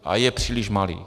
A je příliš malý.